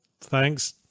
Thanks